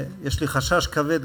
יש לי חשש כבד,